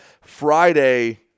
Friday